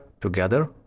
together